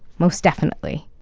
most definitely